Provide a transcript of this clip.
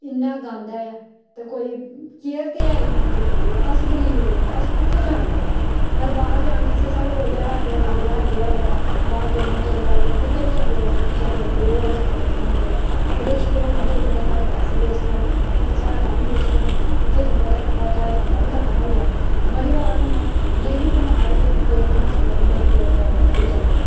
इन्ना गंद ते कोई केयर ते हे ही निं ना बिल्कुल बी अस गरीब लोक असें कुत्थै जाना बाह्र अगर बाह्र जाने आस्तै साढ़े कोल ज्हार रपेआ दो ज्हार रपेआ होवै बाह्र जम्मू चली जाओ जां कुतै बी चली जाओ अग्गें पिच्छें जां कोई और हास्पटिल ढूंढगे ओह्दे केह् होना कि इक ते साढ़े पैसे वेस्ट होने इक साढ़ा टाइम वेस्ट होना उत्थै जंदे तक चाहे बंदा बी खत्म होई जा एह् बड़ी बार होंदा में बी बिमार होई गेई हां हास्पटिल मेरा पेटदर्द बड़ी जैदा होई